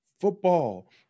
Football